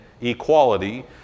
equality